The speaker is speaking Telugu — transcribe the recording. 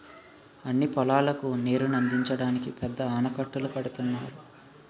అన్ని పొలాలకు నీరుని అందించడానికి పెద్ద ఆనకట్టలు కడుతున్నారు